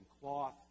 cloth